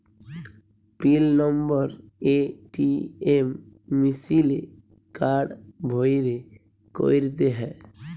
পিল number ATM মিশিলে card ভ্যইরে ক্যইরতে হ্যয়